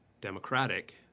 democratic